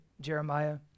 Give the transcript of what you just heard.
Jeremiah